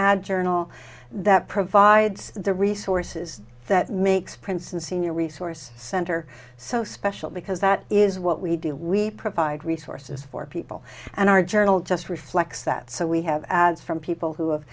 add journal that provides the resources that makes princeton senior resource center so special because that is what we do we provide resources for people and our journal just reflects that so we have ads from people who have